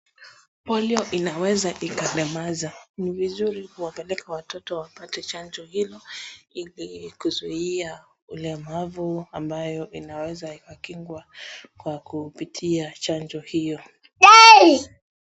Polio inaweza ikalemaza ni vizuri kuwapeleke watoto wapate chanjo hii ili kuzuia ulemavu ambayo inaweza ikakingwa kwa kupitia chanjo hiyo.